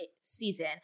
season